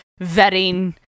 vetting